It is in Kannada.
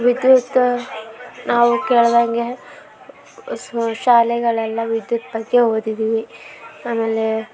ವಿದ್ಯುತ್ತು ನಾವು ಕೇಳಿದಂಗೆ ಸೋ ಶಾಲೆಗಳೆಲ್ಲ ವಿದ್ಯುತ್ ಬಗ್ಗೆ ಓದಿದ್ದೀವಿ ಆಮೇಲೆ